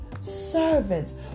servants